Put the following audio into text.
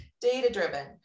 data-driven